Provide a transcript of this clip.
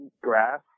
grass